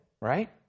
right